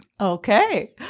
Okay